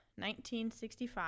1965